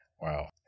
wow